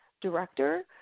director